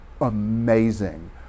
amazing